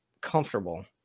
comfortable